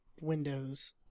Windows